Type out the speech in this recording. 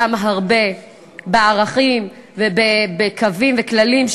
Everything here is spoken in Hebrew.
גם הרבה בערכים ובקווים ובכללים,